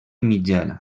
mitjana